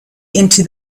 into